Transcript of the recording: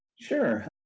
Sure